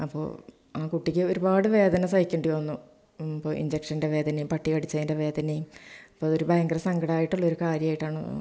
അപ്പോൾ ആ കുട്ടിക്ക് ഒരുപാട് വേദന സഹിക്കേണ്ടിവന്നു ഇപ്പോൾ ഇന്ജെക്ഷന്റെ വേദനയും പട്ടി കടിച്ചതിന്റെ വേദനയും അപ്പോൾ ഒരു ഭയങ്കര സങ്കടമായിട്ടുള്ള ഒരു കാര്യമായിട്ടാണ് ഉള്ളത്